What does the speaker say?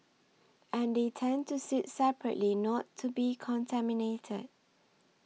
and they tend to sit separately not to be contaminated